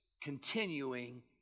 continuing